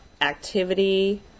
activity